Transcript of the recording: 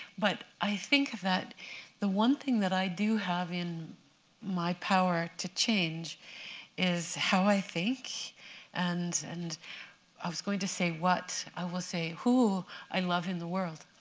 but i think that the one thing that i do have in my power to change is how i think and and i was going to say what i will say, who i love in the world.